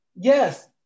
yes